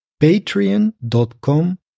patreon.com